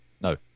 No